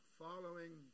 following